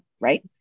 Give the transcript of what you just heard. right